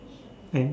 and